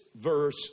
verse